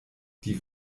die